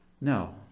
No